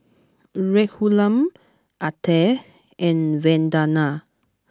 Raghuram Atal and Vandana